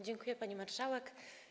Dziękuję, pani marszałek.